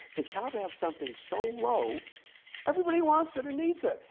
it's how to have something so low everybody wants it and needs it.